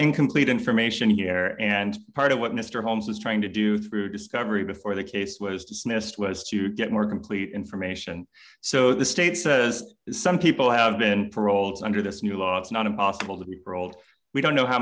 incomplete information here and part of what mr holmes is trying to do through discovery before the case was dismissed was to get more complete information so the state says some people have been paroled under this new law it's not impossible to be paroled we don't know how